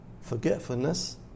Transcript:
Forgetfulness